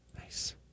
Nice